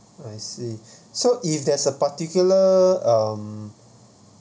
I see so if there's a particular um